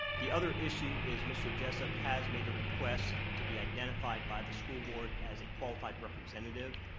the other issue is mr. jessup has made a request to be identified by the school board as a qualified representative,